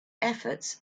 efforts